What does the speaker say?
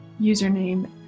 username